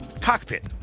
cockpit